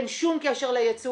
אין שום קשר לייצוא